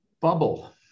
bubble